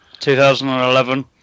2011